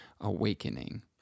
awakening